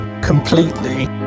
completely